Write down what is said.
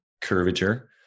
curvature